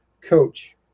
coach